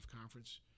conference